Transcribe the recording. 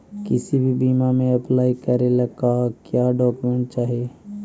किसी भी बीमा में अप्लाई करे ला का क्या डॉक्यूमेंट चाही?